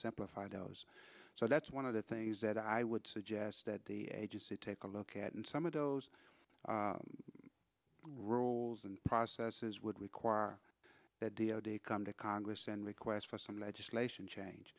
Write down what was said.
simplify those so that's one of the things that i would suggest that the agency take a look at and some of those roles and processes would require that come to congress and request for some legislation change